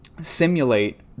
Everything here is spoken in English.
simulate